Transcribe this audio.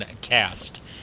cast